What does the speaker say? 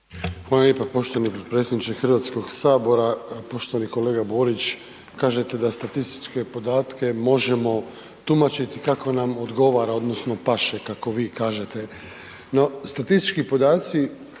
Hvala lijepa poštovani potpredsjedniče Hrvatskog sabora. Poštovani kolega Borić, kažete da statističke podatke možemo tumačiti kako nam odgovara odnosno paše, kako vi kažete no, statistički podaci